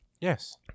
Yes